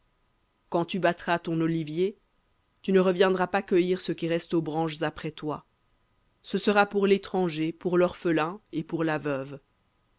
quand tu battras ton olivier tu ne reviendras pas cueillir ce qui reste aux branches après toi ce sera pour l'étranger pour l'orphelin et pour la veuve